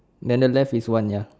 then the left is one ya